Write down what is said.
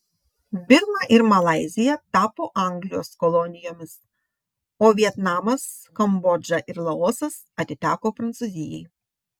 birma ir malaizija tapo anglijos kolonijomis o vietnamas kambodža ir laosas atiteko prancūzijai